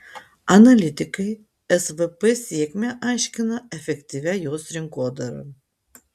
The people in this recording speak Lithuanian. analitikai svp sėkmę aiškina efektyvia jos rinkodara